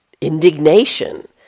indignation